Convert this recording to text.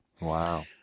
Wow